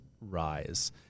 rise